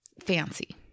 fancy